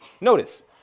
Notice